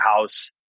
house